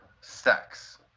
sex